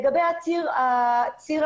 לגבי ציר הגבעות,